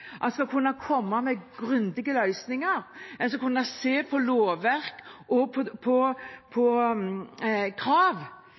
skal kunne komme med grundige løsninger og kunne se på lovverk og på